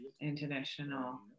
international